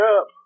up